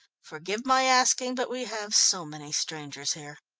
forgive my asking, but we have so many strangers here.